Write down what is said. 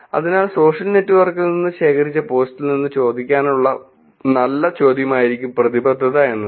അതിനാൽ സോഷ്യൽ നെറ്റ്വർക്കിൽ നിന്ന് ശേഖരിച്ച പോസ്റ്റിൽ നിന്ന് ചോദിക്കാനുള്ള ഒരു നല്ല ചോദ്യമായിരിക്കും പ്രതിബദ്ധത എന്നത്